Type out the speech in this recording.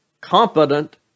competent